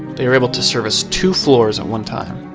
they are able to service two floors at one time.